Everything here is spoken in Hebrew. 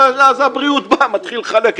אז משרד הבריאות מתחיל לחלק,